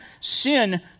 Sin